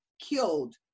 killed